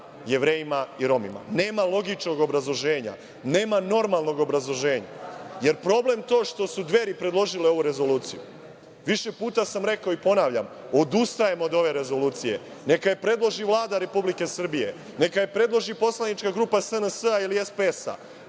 Jevrejima i Romima. Nema logičnog obrazloženja. Nema normalnog obrazloženja. Je li problem to što su Dveri predložile ovu rezoluciju? Više puta sam rekao i ponavljam - odustajem od ove rezolucije, neka je predloži Vlada Republike Srbije, neka je predloži poslanička grupa SNS-a ili SPS-a,